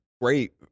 great